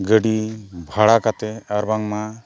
ᱜᱟᱹᱰᱤ ᱵᱷᱟᱲᱟ ᱠᱟᱛᱮᱫ ᱟᱨ ᱵᱟᱝᱢᱟ